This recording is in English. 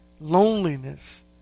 Loneliness